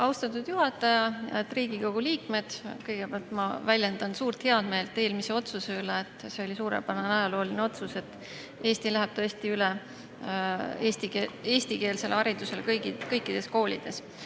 Austatud juhataja! Head Riigikogu liikmed! Kõigepealt ma väljendan suurt heameelt eelmise otsuse üle. See oli suurepärane ajalooline otsus, et Eesti läheb üle eestikeelsele haridusele kõikides koolides.